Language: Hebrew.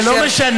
זה לא משנה.